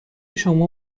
شما